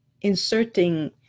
Inserting